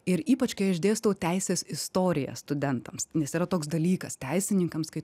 ir ypač kai aš dėstau teisės istoriją studentams nes yra toks dalykas teisininkams kai